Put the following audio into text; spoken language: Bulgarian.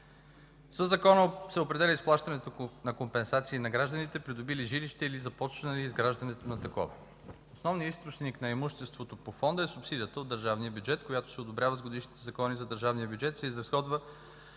Със Закона се определя изплащането на компенсации на гражданите, придобили жилища или започнали изграждането на такова. Основният източник на имуществото по Фонда е субсидията от държавния бюджет, която се одобрява с годишните закони за държавния бюджет и се изразходва